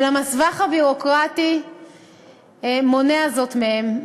אולם הסבך הביורוקרטי מונע זאת מהם.